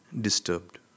disturbed